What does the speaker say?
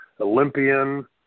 Olympian